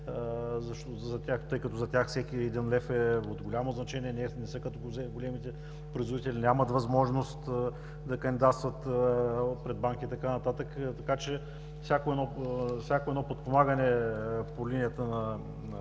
за тях всеки един лев е от голямо значение и не са като големите производители и нямат възможност да кандидатстват пред банки и така нататък, така че всяко едно подпомагане по линията на